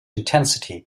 intensity